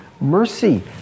mercy